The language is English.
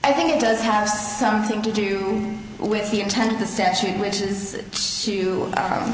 i think it does have something to do with the intent of the statute which is to